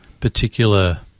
particular